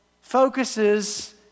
focuses